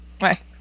Right